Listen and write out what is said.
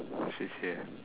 C_C_A